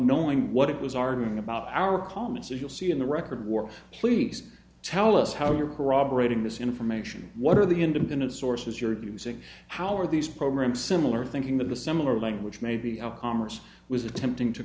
knowing what it was arguing about our comments you'll see in the record war please tell us how you're corroborating this information what are the independent sources you're using how are these programs similar thinking that the similar language maybe of commerce was attempting to